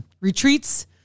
retreats